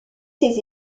ses